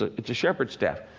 ah it's a shepherd's staff.